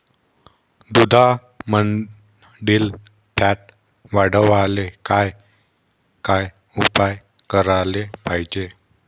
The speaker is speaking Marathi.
दुधामंदील फॅट वाढवायले काय काय उपाय करायले पाहिजे?